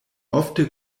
ofte